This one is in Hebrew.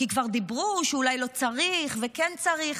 כי כבר דיברו שאולי לא צריך וכן צריך.